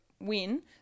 win